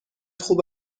خوب